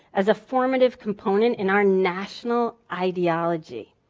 as a formative component in our national ideology.